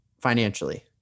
financially